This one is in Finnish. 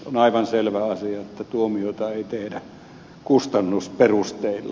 on aivan selvä asia että tuomiota ei tehdä kustannusperusteilla